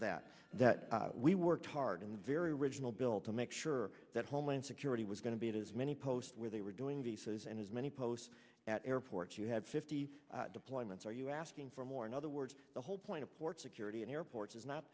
that that we worked hard in the very original bill to make sure that homeland security was going to be as many post where they were doing these things and as many posts at airports you have fifty deployments are you asking for more in other words the whole point of port security in airports is not